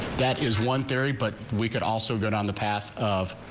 that is one theory but we could also get on the path of.